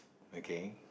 okay